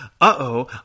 Uh-oh